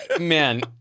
Man